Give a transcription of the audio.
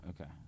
Okay